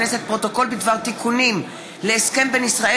עוד הונח על שולחן הכנסת פרוטוקול בדבר תיקונים להסכם בין ישראל